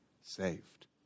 saved